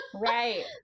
right